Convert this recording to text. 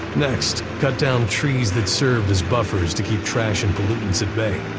next, cut down trees that served as buffers to keep trash and pollutants at bay.